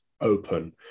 open